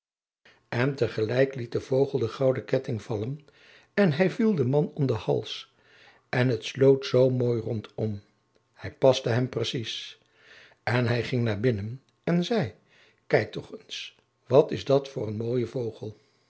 en tegelijk liet de vogel de gouden ketting vallen en hij viel den man om zijn hals en het sloot zoo mooi rondom hij paste hem precies en hij ging naar binnen en zei kijk toch eens wat is dat voor een mooie vogel